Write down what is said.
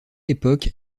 époque